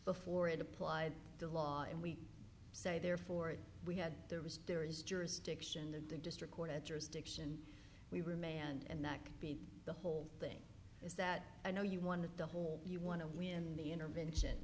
before it applied the law and we say therefore we had there was there is jurisdiction that the district court had jurisdiction we were manned and that could be the whole thing is that i know you wanted the whole you want to win the intervention